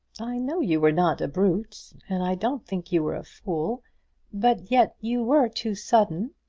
i know you were not a brute, and i don't think you were a fool but yet you were too sudden.